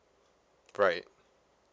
right